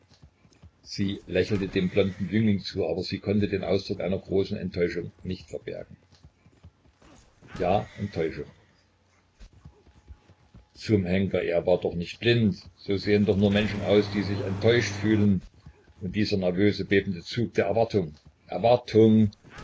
sie lächelte dem blonden jüngling zu aber sie konnte den ausdruck einer großen enttäuschung nicht verbergen ja enttäuschung zum henker er war doch nicht blind so sehen doch nur menschen aus die sich enttäuscht fühlen und dieser nervöse bebende zug der erwartung erwartung